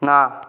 ନା